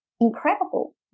incredible